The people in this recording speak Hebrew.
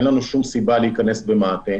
אין לנו שום סיבה להיכנס במעטה.